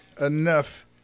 enough